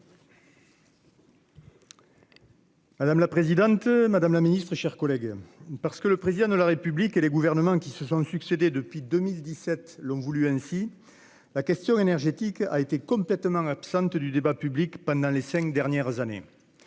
Madame la présidente, madame la ministre, mes chers collègues, parce que le Président de la République et les gouvernements qui se sont succédé depuis 2017 l'ont voulu ainsi, la question énergétique a été totalement absente du débat public pendant les cinq dernières années.